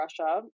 Russia